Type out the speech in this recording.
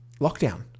lockdown